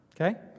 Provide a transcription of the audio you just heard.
Okay